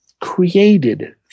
created